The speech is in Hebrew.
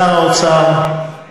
שר האוצר, אורלי,